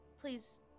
please